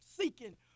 seeking